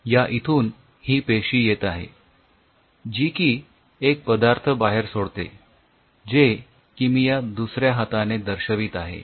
या इथून ही पेशी येत आहे जी की एक पदार्थ बाहेर सोडते जे की मी या दुसऱ्या हाताने दर्शवित आहे